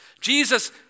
Jesus